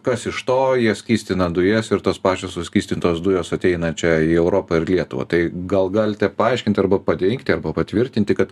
kas iš to jie skystina dujas ir tos pačios suskystintos dujos ateina čia į europą ir lietuvą tai gal galite paaiškint arba paneigti arba patvirtinti kad